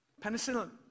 penicillin